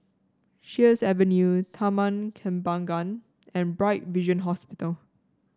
Sheares Avenue Taman Kembangan and Bright Vision Hospital